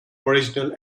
original